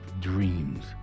dreams